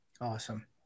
Awesome